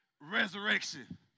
resurrection